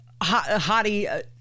hottie